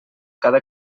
cada